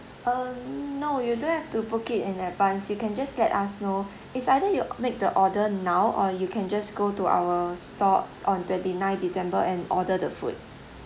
mm no you don't have to book it in advance you can just let us know it's either you make the order now or you can just go to our store on twenty-nine december and order the food